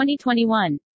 2021